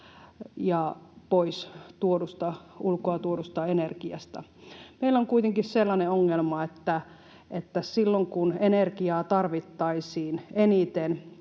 ja pois ulkoa tuodusta energiasta. Meillä on kuitenkin sellainen ongelma, että silloin kun energiaa tarvittaisiin eniten,